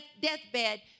deathbed